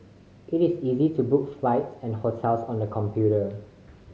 it is easy to book flights and hotels on the computer